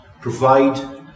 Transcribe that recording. provide